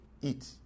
eat